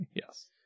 yes